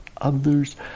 others